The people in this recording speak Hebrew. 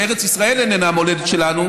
שארץ ישראל איננה המולדת שלנו,